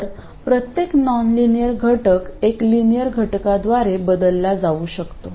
तर प्रत्येक नॉनलिनियर घटक एक लिनियर घटकाद्वारे बदलला जाऊ शकतो